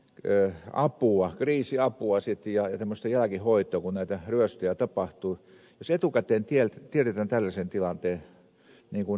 jos etukäteen tiedetään tällaisen tilanteen tuleminen niin onhan tämä nyt aika merkillistä